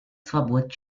свобод